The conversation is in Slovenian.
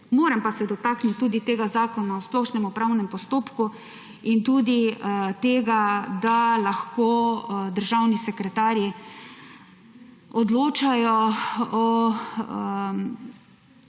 Moram pa se dotakniti tudi tega Zakona o splošnem upravnem postopku in tudi tega, da lahko državni sekretarji odločajo o